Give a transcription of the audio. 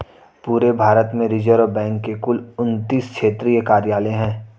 पूरे भारत में reserve bank के कुल उनत्तीस क्षेत्रीय कार्यालय हैं